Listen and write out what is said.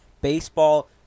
Baseball